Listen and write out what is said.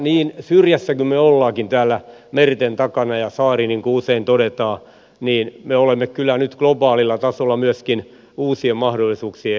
niin syrjässä kuin me olemmekin täällä merten takana ja saari niin kuin usein todetaan niin me olemme kyllä nyt globaalilla tasolla myöskin uusien mahdollisuuksien edessä